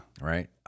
Right